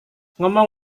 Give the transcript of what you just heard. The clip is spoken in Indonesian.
ngomong